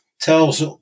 tells